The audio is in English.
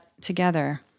together